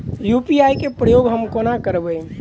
UPI केँ प्रयोग हम कोना करबे?